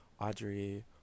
Audrey